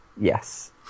yes